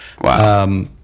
Wow